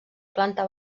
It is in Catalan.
planta